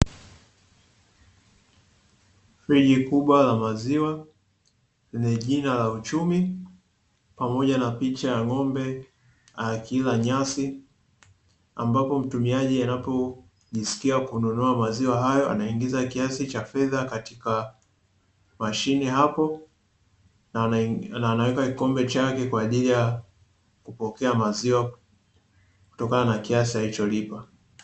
Friji kubwa la maziwa lenye jina la "Uchumi" pamoja na picha ya ng'ombe akila nyasi, ambapo mtumiaji akijisikia kununua maziwa hayo anaingiza kiasi cha fedha katika mashine na anaweka kikombe chake kwaajili ya kupokea maziwa kutokana na kiasi alicholipa.